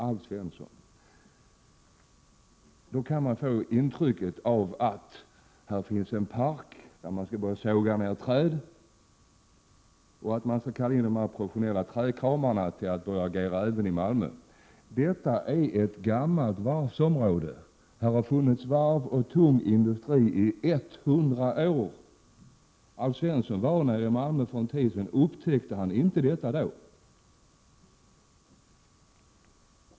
Alf Svensson: Man kan få intrycket att det finns en park där man skall börja såga ned träd, så att de professionella trädkramarna kan kallas också till Malmö för att agera. Här rör det sig om ett gammalt varvsområde. Det har funnits varv och tung industri där i 100 år. Upptäckte inte Alf Svensson detta då han var där nere för en tid sedan? Herr talman!